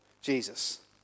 jesus